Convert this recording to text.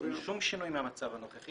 אין שום שינוי מהמצב הנוכחי,